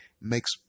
Makes